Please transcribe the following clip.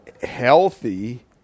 healthy